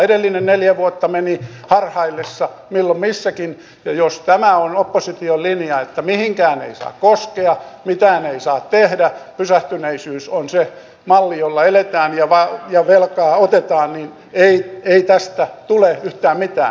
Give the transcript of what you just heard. edellinen neljä vuotta meni harhaillessa milloin missäkin ja jos tämä on opposition linja että mihinkään ei saa koskea mitään ei saa tehdä pysähtyneisyys on se malli jolla eletään ja velkaa otetaan niin ei tästä tule yhtään mitään